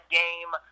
game